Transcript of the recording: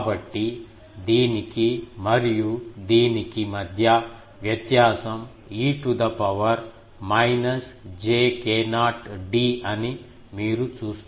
కాబట్టి దీనికి మరియు దీనికి మధ్య వ్యత్యాసం e to the power minus j k0 d అని మీరు చూస్తారు